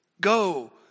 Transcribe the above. go